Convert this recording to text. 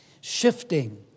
Shifting